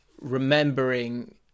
remembering